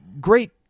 Great